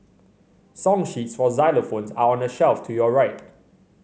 song sheets for xylophones are on the shelf to your right